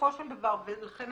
ולכן